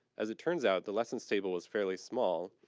as it turns out, the lessons table is fairly small,